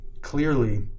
clearly